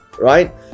right